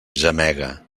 gemega